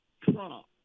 Trump